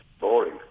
Boring